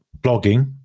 Blogging